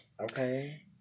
Okay